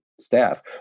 staff